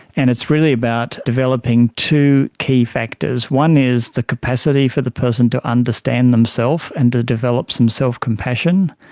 and it's really about developing two key factors. one is the capacity for the person to understand themselves and to develop some self-compassion.